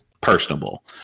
personable